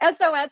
SOS